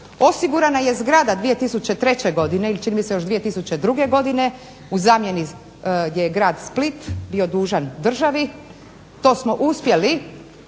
osigurana je zgrada 2003. godine ili čini mi se još 2002. godine u zamjeni gdje je grad Split bio dužan državi, to smo uspjeli